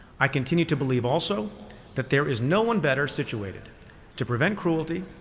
i continue to believe also that there is no one better situated to prevent cruelty,